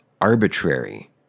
arbitrary